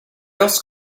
else